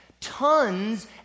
Tons